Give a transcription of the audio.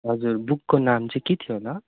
हजुर बुकको नाम चाहिँ के थियो होला